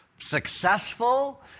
successful